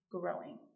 growing